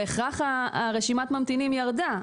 בהכרח רשימת הממתינים ירדה,